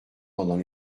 pendant